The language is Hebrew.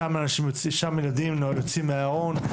שם הילדים יוצאים מהארון,